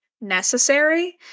necessary